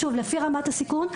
שוב, לפי רמת הסיכון.